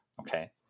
okay